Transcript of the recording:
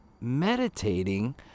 meditating